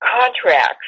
contracts